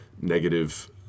negative